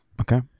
Okay